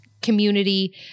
community